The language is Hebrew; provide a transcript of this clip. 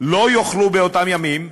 לא יאכלו באותם ימים,